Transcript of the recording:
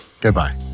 Goodbye